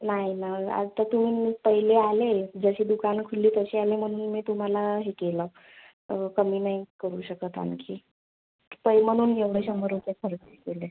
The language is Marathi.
नाही ना आता तुम्ही पहिले आले जशी दुकानं खुलली तसे आले म्हणून मी तुम्हाला हे केलं कमी नाही करू शकत आणखी प म्हणून एवढं शंभर रुपये कमी केले